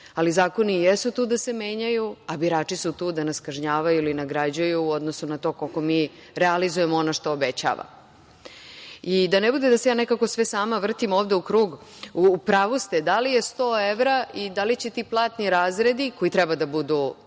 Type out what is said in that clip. ali zakoni i jesu tu da se menjaju, a birači su tu da nas kažnjavaju ili nagrađuju u odnosu na to koliko mi realizujemo ono što obećavamo. Da ne bude da se ja nekako sve sama vrtim ovde u krug, u pravu ste, da li je 100 evra i da li će ti platni razredi koji treba da budu,